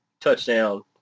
touchdown